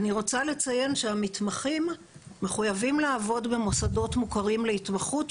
אני רוצה לציין שהמתמחים מחויבים לעבוד במוסדות מוכרים להתמחות,